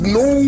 no